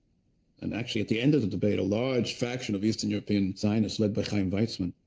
and actually, at the end of the debate, a large faction of eastern european zionists led by chaim weizmann,